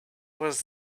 was